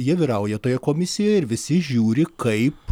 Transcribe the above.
jie vyrauja toje komisijoje ir visi žiūri kaip